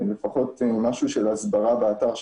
לפחות משהו של הסברה באתר,